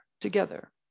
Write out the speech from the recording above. together